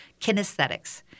kinesthetics